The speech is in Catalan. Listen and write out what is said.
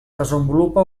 desenvolupa